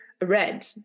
red